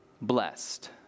blessed